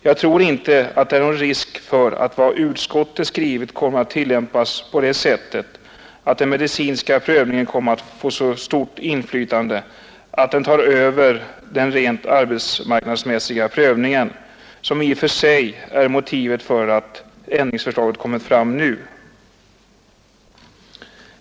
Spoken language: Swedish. Jag tror inte det är någon risk för att vad utskottet skrivit kommer att tillämpas på det sättet att den medicinska prövningen får så stor tyngd att den tar över den rent arbetsmarknadsmässiga prövningen, som i och för sig varit motivet för ändringsförslaget.